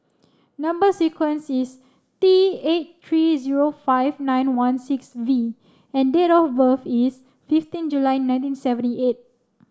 number sequence is T eight three zero five nine one six V and date of birth is fifteen July nineteen seventy eight